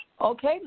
Okay